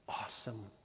awesome